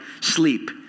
sleep